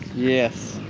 yes.